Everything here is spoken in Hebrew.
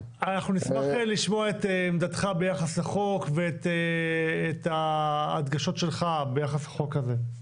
אנחנו נשמח לשמוע את עמדתך ביחס לחוק ואת ההדגשות שלך ביחס לחוק הזה.